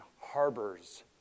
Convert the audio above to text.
harbors